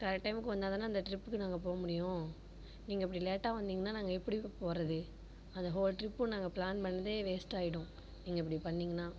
correct டைம்க்கு வந்தால் தானே அந்த ட்ரிப்புக்கு நாங்கள் போக முடியும் நீங்கள் இப்படி லேட்டாக வந்தீங்கன்னால் நாங்கள் எப்படி போவது அந்த ஹோல் ட்ரிப் நாங்கள் பிளான் பண்ணி பண்ணிணதே வேஸ்ட் ஆகிடும் நீங்கள் இப்படி பண்ணிணீங்ன்னா